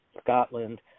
Scotland